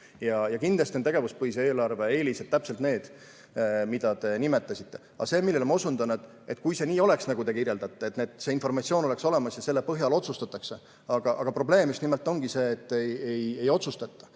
ja kindlasti on tegevuspõhise eelarve eelised täpselt need, mida te nimetasite. Ma osutan sellele, et kui see nii oleks, nagu te kirjeldate, et see informatsioon oleks olemas ja selle põhjal otsustatakse, aga probleem just nimelt see ongi, et ei otsustata.